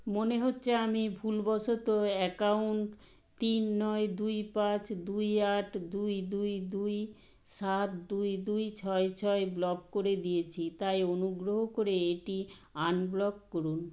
মনে হচ্ছে আমি ভুলবশত অ্যাকাউন্ট তিন নয় দুই পাঁচ দুই আট দুই দুই দুই সাত দুই দুই ছয় ছয় ব্লক করে দিয়েছি তাই অনুগ্রহ করে এটি আনব্লক করুন